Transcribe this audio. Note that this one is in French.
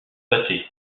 patay